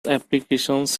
applications